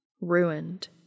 Ruined